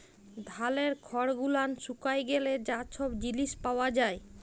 ধালের খড় গুলান শুকায় গ্যালে যা ছব জিলিস পাওয়া যায়